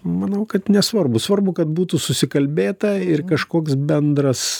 manau kad nesvarbu svarbu kad būtų susikalbėta ir kažkoks bendras